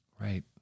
Right